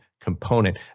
component